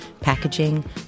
packaging